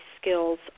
skills